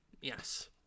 Yes